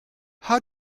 how